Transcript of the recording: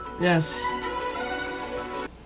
Yes